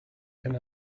can